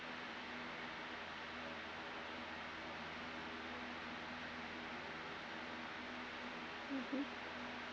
mmhmm